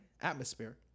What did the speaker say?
atmosphere